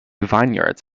vineyards